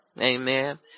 Amen